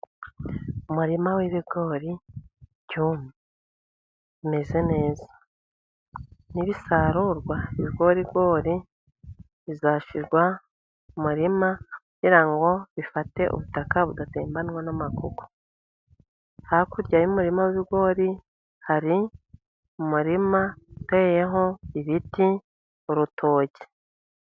Umurima w'ibigori byumye. Umeze neza. Nibisarurwa ibigorigori bizashirwa mu murima kugira ngo bifate ubutaka. Budatembanwa n'amakuku. Hakurya y'umurima w'ibibigori, hari umurima uteyeho ibiti, urutoke.